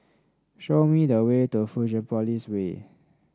show me the way to Fusionopolis Way